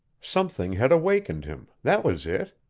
something had awakened him that was it.